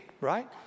right